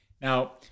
Now